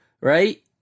right